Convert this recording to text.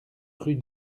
rue